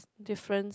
difference